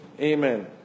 Amen